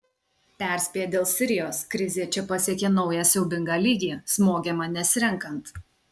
perspėja dėl sirijos krizė čia pasiekė naują siaubingą lygį smogiama nesirenkant